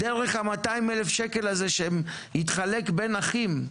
דרך ה-200,000 שקל האלה שיתחלקו בין אחים,